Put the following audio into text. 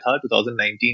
2019